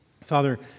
Father